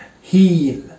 heal